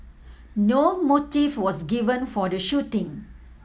no motive was given for the shooting